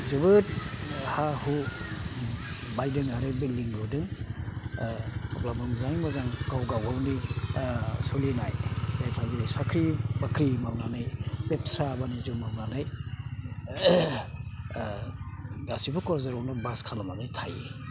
जोबोथ हा हु बायदों आरो बिल्दिं लुदों अब्लाबो मोजाङै मोजां गाव गावनि सोलिनाय जायफोरा साख्रि बाख्रि मावनानै बे फिसा आबाद मावनानै गासिबो क'क्राझारावनो बास खालामनानै थायो